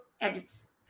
edits